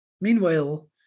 Meanwhile